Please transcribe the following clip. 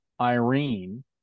irene